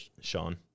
Sean